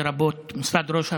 לרבות משרד ראש הממשלה,